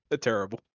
terrible